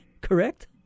correct